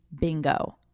bingo